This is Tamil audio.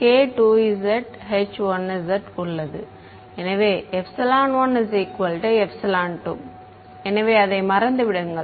எனவே 12 எனவே அதை மறந்து விடுங்கள்